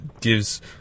gives